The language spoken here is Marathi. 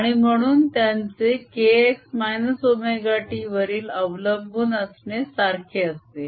आणि म्हणून त्यांचे kx ωt वरील अवलंबून असणे सारखे असते